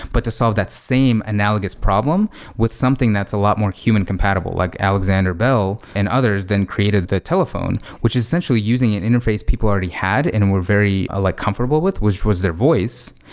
but to solve that same analogous problem with something that's a lot more human compatible, like alexander bell and others then created the telephone, which is essentially using an interface people already had and were very like comfortable with, which was their voice.